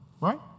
Right